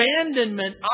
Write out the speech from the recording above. abandonment